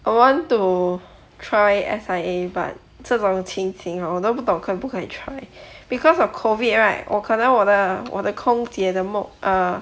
I want to try S_I_A but 这种情形 hor 我都不懂可不可以 try because of COVID right 我可能我的我的空姐的梦 uh